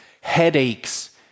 headaches